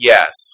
Yes